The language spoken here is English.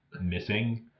missing